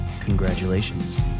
congratulations